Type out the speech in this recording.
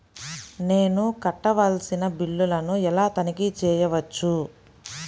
నేను కట్టవలసిన బిల్లులను ఎలా తనిఖీ చెయ్యవచ్చు?